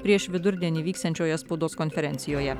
prieš vidurdienį vyksiančioje spaudos konferencijoje